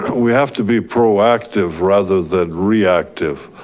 we have to be proactive rather than reactive.